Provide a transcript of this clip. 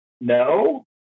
no